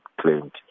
claimed